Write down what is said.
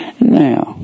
now